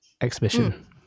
exhibition